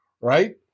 right